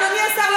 אדוני השר,